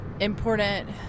important